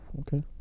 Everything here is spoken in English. Okay